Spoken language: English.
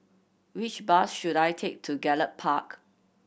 which bus should I take to Gallop Park